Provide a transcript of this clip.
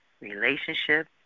relationship